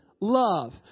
love